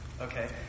Okay